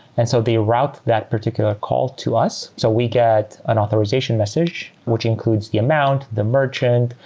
and so they route that particular call to us. so we get an authorization message, which includes the amount, the merchant,